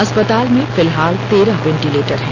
अस्पताल में फिलहाल तेरह वेंटिलेटर हैं